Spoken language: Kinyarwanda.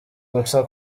gusa